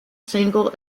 single